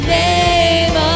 name